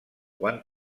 quan